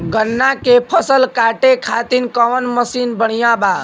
गन्ना के फसल कांटे खाती कवन मसीन बढ़ियां बा?